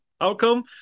outcome